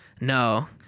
No